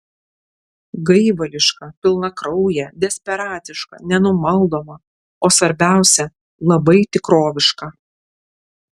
gaivališką pilnakrauję desperatišką nenumaldomą o svarbiausia labai tikrovišką